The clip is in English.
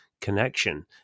connection